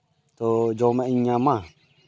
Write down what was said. ᱛᱚ ᱡᱚᱢᱟᱜ ᱤᱧ ᱧᱟᱢᱟ